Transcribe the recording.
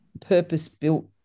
purpose-built